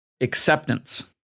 acceptance